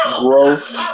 Growth